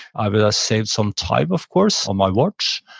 i will save some time of course on my watch,